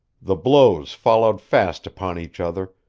the blows followed fast upon each other,